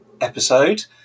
episode